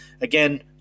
Again